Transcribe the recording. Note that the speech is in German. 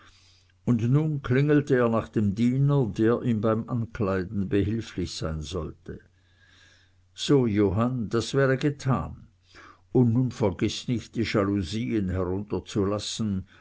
und nun klingelte er nach dem diener der ihm beim ankleiden behilflich sein sollte so johann das wäre getan und nun vergiß nicht die jalousien herunterzulassen